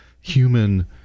human